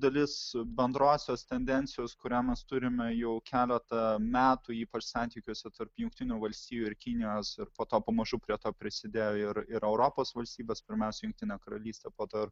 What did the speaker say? dalis bendrosios tendencijos kurią mes turime jau keletą metų ypač santykiuose tarp jungtinių valstijų ir kinijos ir po to pamažu prie to prisidėjo ir ir europos valstybės pirmiausia jungtinė karalystė po to